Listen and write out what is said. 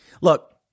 look